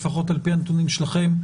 לפחות על פי הנתונים שלכם,